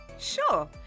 sure